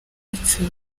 yacu